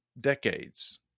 decades